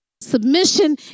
Submission